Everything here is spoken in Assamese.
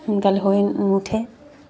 সোনকাল হৈ নুঠে